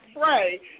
pray